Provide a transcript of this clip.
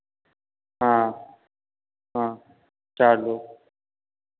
हाँ हाँ चार लोग